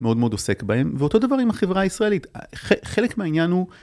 מאוד מאוד עוסק בהם ואותו דבר עם החברה הישראלית. חלק מהעניין הוא.